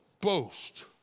boast